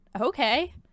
Okay